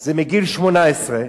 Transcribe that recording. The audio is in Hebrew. זה מגיל 18,